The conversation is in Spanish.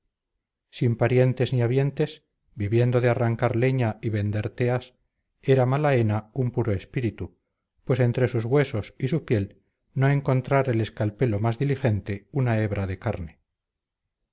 sin parientes ni habientes viviendo de arrancar leña y vender teas era malaena un puro espíritu pues entre sus huesos y su piel no encontrara el escalpelo más diligente una hebra de carne